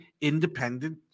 independent